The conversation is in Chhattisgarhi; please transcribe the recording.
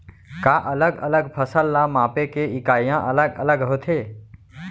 का अलग अलग फसल ला मापे के इकाइयां अलग अलग होथे?